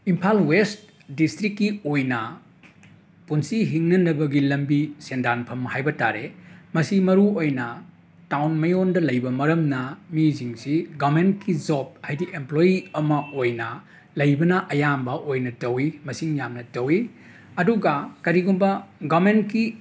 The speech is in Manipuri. ꯏꯝꯄꯥꯜ ꯋꯦꯁꯠ ꯗꯤꯁꯇ꯭ꯔꯤꯛꯀꯤ ꯑꯣꯏꯅ ꯄꯨꯟꯁꯤ ꯍꯤꯡꯅꯅꯕꯒꯤ ꯂꯝꯕꯤ ꯁꯦꯟꯗꯥꯟꯐꯝ ꯍꯥꯏꯕ ꯇꯥꯔꯦ ꯃꯁꯤ ꯃꯔꯨꯑꯣꯏꯅ ꯇꯥꯎꯟ ꯃꯌꯣꯟꯗ ꯂꯩꯕ ꯃꯔꯝꯅ ꯃꯤꯁꯤꯡꯁꯤ ꯒꯃꯦꯟꯠꯀꯤ ꯖꯣꯞ ꯍꯥꯏꯗꯤ ꯑꯦꯝꯄ꯭ꯂꯣꯏꯌꯤ ꯑꯃ ꯑꯣꯏꯅ ꯂꯩꯕꯅ ꯑꯌꯥꯝꯕ ꯑꯣꯏꯅ ꯇꯧꯋꯤ ꯃꯁꯤ ꯌꯥꯝꯅ ꯇꯧꯋꯤ ꯑꯗꯨꯒ ꯀꯔꯤꯒꯨꯝꯕ ꯒꯥꯃꯦꯟꯠꯀꯤ